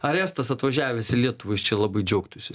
ar estas atvažiavęs į lietuvąjis čia labai džiaugtųsi